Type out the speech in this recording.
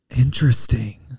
Interesting